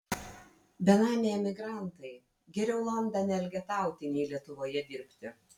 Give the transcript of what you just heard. benamiai emigrantai geriau londone elgetauti nei lietuvoje dirbti